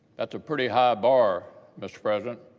that's a pretty high bar, mr. president.